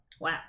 Wow